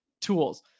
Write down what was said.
tools